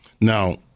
Now